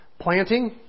planting